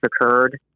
occurred